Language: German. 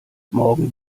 morgen